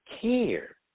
care